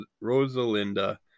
Rosalinda